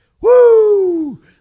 Woo